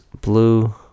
blue